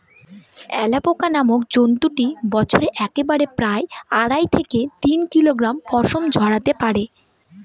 alpaca নামক জন্তুটি বছরে একবারে প্রায় আড়াই থেকে তিন কিলোগ্রাম পশম ঝোরাতে পারে